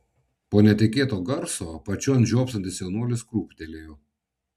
po netikėto garso apačion žiopsantis jaunuolis krūptelėjo